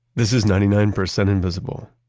this is ninety nine percent invisible.